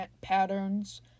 patterns